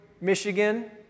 Michigan